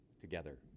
together